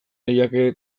lehiaketarik